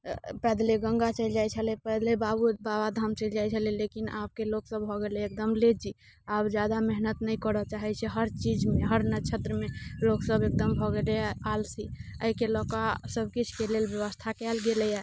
पैदले गङ्गा चलि जाइत छलै पैदले बाबो बाबाधाम चलि जाइत छलै लेकिन आबके लोक सब भऽ गेलै एकदम लेजी आब जादा मेहनत नहि करऽ चाहैत छै हर चीजमे हर नछत्रमे लोक सब एगदम भऽ गेलैया आलसी एहिके लऽ कऽ सब किछुके लेल व्यवस्था कयल गेलैया